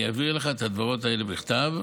אני אעביר לך את ההבהרות האלה בכתב.